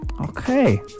Okay